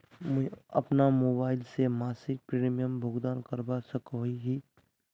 मुई अपना मोबाईल से मासिक प्रीमियमेर भुगतान करवा सकोहो ही?